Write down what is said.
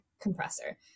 compressor